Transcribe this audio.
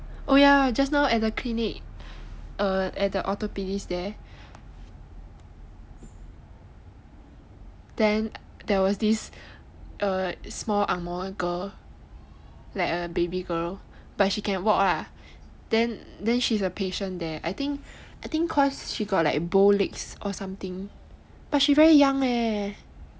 oh ya just now at the clinic err at the orthopaedist there then there was this uh small angmoh girl like a baby girl but she can walk lah then she's a patient there I think I think cause she got like bow legs or something but she very young leh